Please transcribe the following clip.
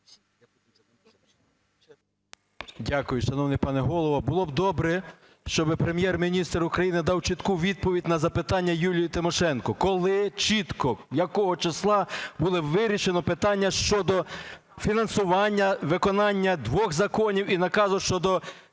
Дякую. Шановний пане Голово, було б добре, щоб Прем'єр-міністр України надав чітку відповідь на запитання Юлії Тимошенко, коли, чітко, якого числа було вирішено питання щодо фінансування, виконання двох законів і наказу, щодо